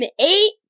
eight